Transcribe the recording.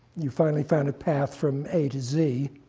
you finally found a path from a to z.